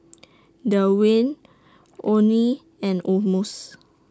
Dewayne Oney and Amos